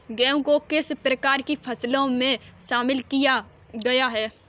गेहूँ को किस प्रकार की फसलों में शामिल किया गया है?